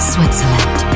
Switzerland